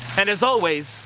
and as always,